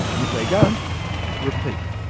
and if they don't repeat,